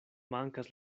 mankas